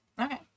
Okay